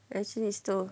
as in he's still